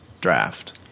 draft